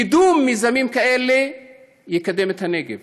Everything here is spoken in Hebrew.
קידום מיזמים כאלה יקדם את הנגב,